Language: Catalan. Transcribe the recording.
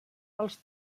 els